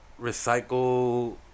recycle